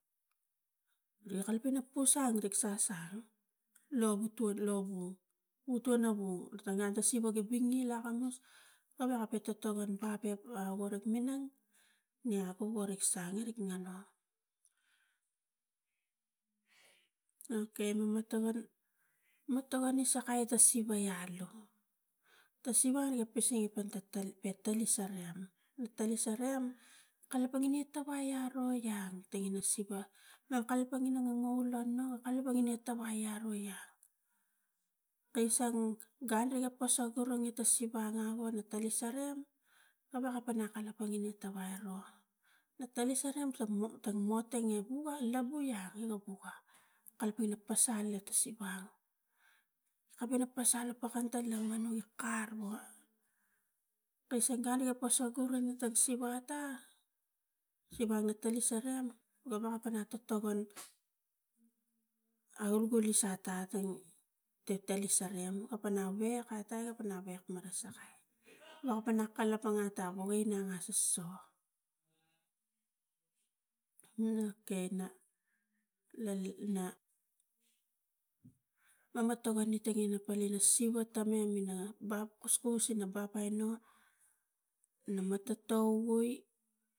Rik kalapang ina pusang rik sasa lo vituo lovung vutvo novu tangia ta siva ki vini lakamus gavek a totogon bape a varik minang nia go varik sang irik ngano okai mama togon ma togon isakai ta siva al ta siva are ga pasai pata talis alem a talis alem kalapang ingi tawai aro iang tangina siva kalapang ina ngangavul lo nu kalapang tawai aro lang kai isang gun riga posok gura ita siva angavo na talis arem gawek a pana kalapang ini tawai ro, na talis a rem no tange buk a labu iang ina buka kalapang ina pasal ale ta siva, kana gi pasal ta pakan ta laman wogi kar o kaisang gun riga posok gura tang siva ata siva gi talis aram wakapanap a totogon alugi lis ata ti lalis arem kapana wek ata ka pana marasakai wapana kalapang ata wai nangas soso okai na mama togone tangine palina siva tamem ba kuskus ina bapai no ina mo totou.